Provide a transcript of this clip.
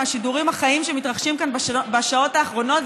מהשידורים החיים שמתרחשים כאן בשעות האחרונות,